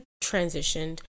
transitioned